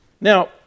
Now